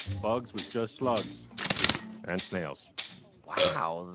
bugs was just slugs and snails wow.